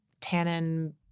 tannin